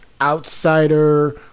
outsider